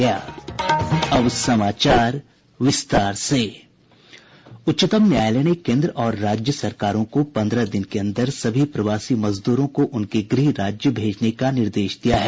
उच्चतम न्यायालय ने केंद्र और राज्य सरकारों को पन्द्रह दिन के अंदर सभी प्रवासी मजदूरों को उनके गुह राज्य भेजने का निर्देश दिया है